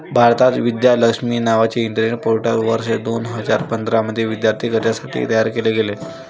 भारतात, विद्या लक्ष्मी नावाचे internet portal वर्ष दोन हजार पंधरा मध्ये विद्यार्थी कर्जासाठी तयार केले गेले